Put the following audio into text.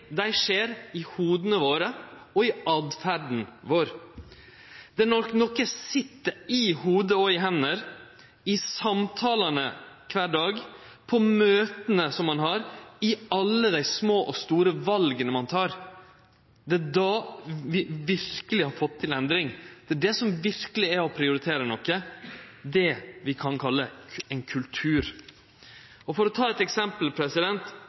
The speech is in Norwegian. dei verkelege endringane skjer i hovuda og i åtferda vår. Det er når noko sit i hovudet og hendene – i samtalene kvar dag, i møta som ein har og i alle dei små og store vala ein tek – at ein verkeleg har fått til ei endring. Det er det som verkeleg er å prioritere noko – det ein kan kalle ein kultur. For å ta eit eksempel: